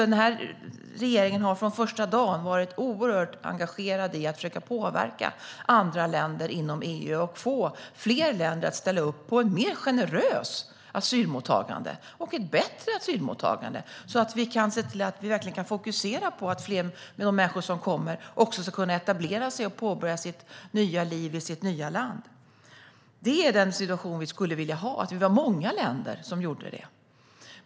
Den här regeringen har från första dagen varit oerhört engagerad i att försöka påverka andra länder inom EU för att få fler länder att ställa upp på ett mer generöst och bättre asylmottagande så att vi kan se till att verkligen fokusera på att de människor som kommer också ska kunna etablera sig och påbörja sitt nya liv i sitt nya land. Det är den situation vi skulle vilja ha: att vi var många länder som gjorde detta.